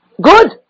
good